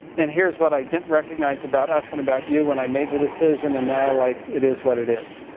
and here's what i didn't recognize about us and about you when i made the decision. and now, like, it is what it is.